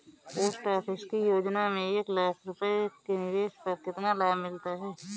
Post office की योजना में एक लाख रूपए के निवेश पर कितना लाभ मिलता है?